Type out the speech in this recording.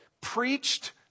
preached